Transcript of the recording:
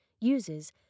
uses